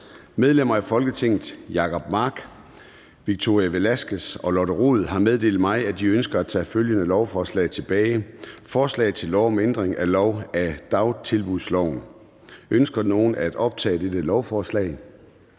Medlemmer af Folketinget Jacob Mark (SF), Victoria Velasquez (EL) og Lotte Rod (RV) har meddelt mig, at de ønsker at tage følgende lovforslag tilbage: Forslag til lov om ændring af lov om dagtilbudsloven. (Bedre mulighed for